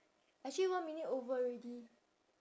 actually one minute over already